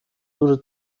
duży